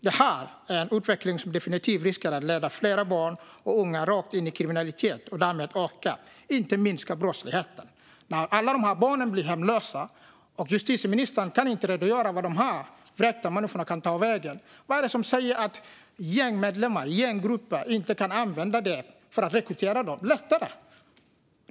Det här är en utveckling som definitivt riskerar att leda fler barn och unga rakt in i kriminalitet och därmed öka, inte minska, brottsligheten. När alla barnen blir hemlösa och justitieministern inte kan redogöra för var de vräkta människorna ska ta vägen, vad är det som säger att gängmedlemmar eller gänggrupper inte kan använda denna situation för att lättare kunna rekrytera dem?